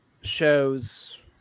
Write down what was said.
shows